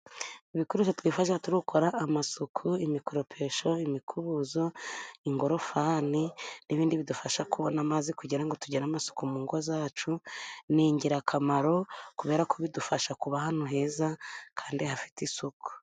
Ibikoresho twifasha tukora amasuku: imikoropesho; imikubuzo ;ingorofani n'ibindi bidufasha kubona amazi kugira ngo tugire amasuku mu ngo zacu ni ingirakamaro kubera kobidufasha kuba ahantu heza kandi hafite isuku.